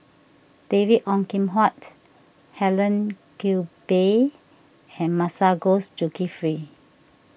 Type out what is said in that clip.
David Ong Kim Huat Helen Gilbey and Masagos Zulkifli